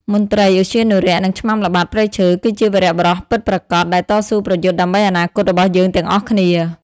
មន្ត្រីឧទ្យានុរក្ស និងឆ្មាំល្បាតព្រៃឈើ គឺជា វីរបុរសពិតប្រាកដ ដែលតស៊ូប្រយុទ្ធដើម្បីអនាគតរបស់យើងទាំងអស់គ្នា។